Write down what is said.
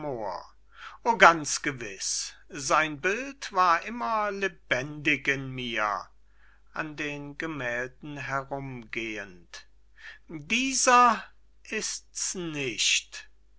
ganz gewiß sein bild war immer lebendig in mir an den gemählden herumgehend dieser ist's nicht